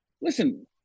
listen